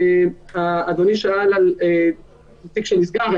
אדוני שאל על תיק שנסגר.